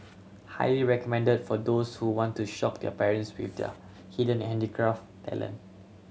highly recommended for those who want to shock their parents with their hidden handicraft talent